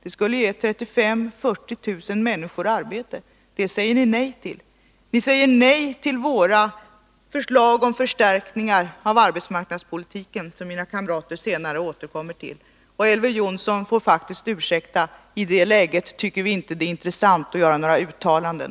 Det skulle ge 35 000 å 40 000 människor arbete. Det säger ni nej till. Ni säger nej till våra förslag om förstärkningar av arbetsmarknadspolitiken, som mina kamrater senare återkommer till. Elver Jonsson får faktiskt ursäkta: I det läget tycker vi inte att det är intressant att göra några uttalanden.